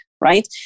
right